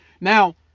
Now